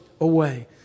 away